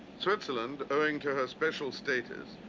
switzerland, owing to her special status,